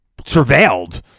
surveilled